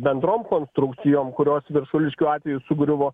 bendrom konstrukcijom kurios viršuliškių atveju sugriuvo